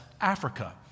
Africa